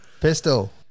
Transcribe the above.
Pistol